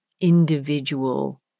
individual